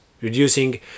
reducing